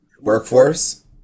Workforce